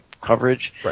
coverage